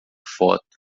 foto